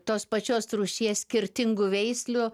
tos pačios rūšies skirtingų veislių